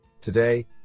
Today